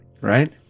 right